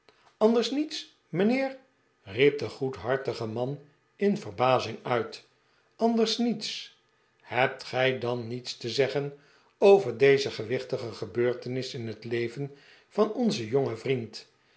anders niets mijnheer riep de goedhartige man in verbazing uit anders niets hebt gij dan niets te zeggen over deze gewichtige gebeurtenis in het leven van onzen jongen vriend